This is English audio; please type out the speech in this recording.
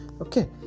okay